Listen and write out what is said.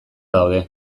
daude